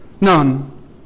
none